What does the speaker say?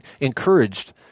encouraged